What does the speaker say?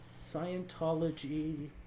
scientology